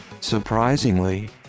Surprisingly